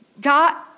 God